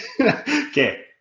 Okay